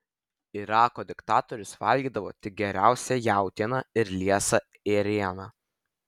irako diktatorius valgydavo tik geriausią jautieną ir liesą ėrieną